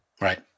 Right